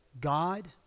God